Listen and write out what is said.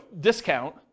discount